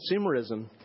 consumerism